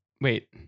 Wait